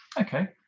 okay